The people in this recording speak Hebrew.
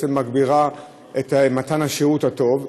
בעצם מגבירה את מתן השירות הטוב.